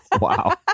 Wow